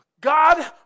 God